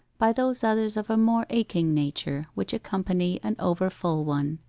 by those others of a more aching nature which accompany an over-full one.